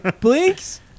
blinks